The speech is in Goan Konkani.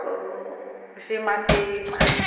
सो अशी माती